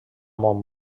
mont